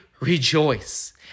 rejoice